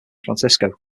francisco